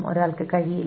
ഒരാൾക്ക് കഴിയില്ല